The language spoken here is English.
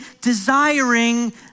desiring